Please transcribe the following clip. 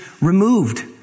removed